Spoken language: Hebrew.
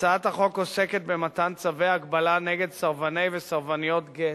הצעת החוק עוסקת במתן צווי הגבלה נגד סרבני וסרבניות גט,